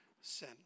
sin